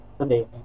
today